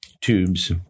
tubes